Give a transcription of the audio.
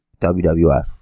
WWF